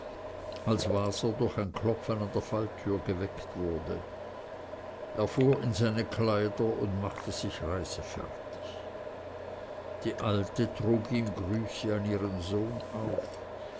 als waser durch ein klopfen an der falltüre geweckt wurde er fuhr in seine kleider und machte sich reisefertig die alte trug ihm grüße an ihren sohn auf